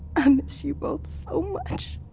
i miss you both so much.